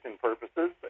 purposes